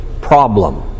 problem